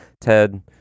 Ted